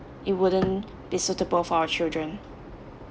it wouldn't be suitable for our children